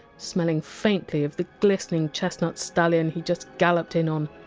smelling faintly of the glistening chestnut stallion he just galloped in on,